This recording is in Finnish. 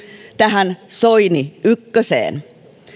tähän soini ykköseen